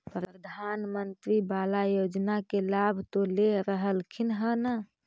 प्रधानमंत्री बाला योजना के लाभ तो ले रहल्खिन ह न?